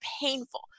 painful